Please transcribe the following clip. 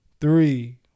three